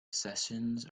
sessions